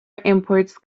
imports